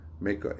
make